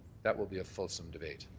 that will be a fulsome debate.